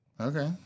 Okay